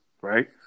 Right